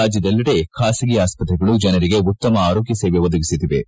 ರಾಜ್ಯದಲ್ಲಿಡೆ ಬಾಸಗಿ ಆಸ್ತ್ರೆಗಳು ಜನರಿಗೆ ಉತ್ತಮ ಆರೋಗ್ಯ ಸೇವೆ ಒದಗಿಸುತ್ತಿವೆ